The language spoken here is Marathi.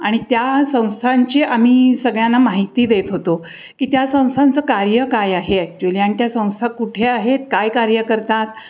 आणि त्या संस्थांची आम्ही सगळ्यांना माहिती देत होतो की त्या संस्थांचं कार्य काय आहे ॲक्चुली त्या संस्था कुठे आहेत काय कार्य करतात